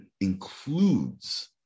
includes